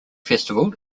festival